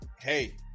hey